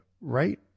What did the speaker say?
right